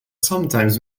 sometimes